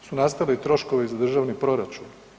Jesu nastali troškovi za državni proračun?